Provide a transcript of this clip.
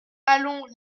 allons